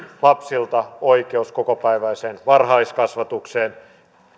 lapsilta oikeus kokopäiväiseen varhaiskasvatukseen